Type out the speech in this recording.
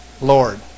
Lord